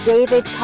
David